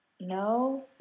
No